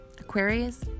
aquarius